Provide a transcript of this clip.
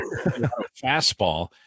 fastball